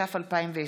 התש"ף 2020,